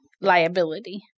liability